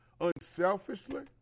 unselfishly